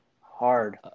hard